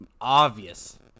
obvious